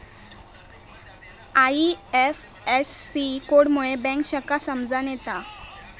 IFSC code मुळे bank शाखा समजान येता